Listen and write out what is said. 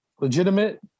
legitimate